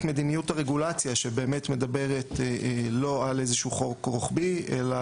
מדיניות הרגולציה שמדברת לא על איזשהו חוק רוחבי אלא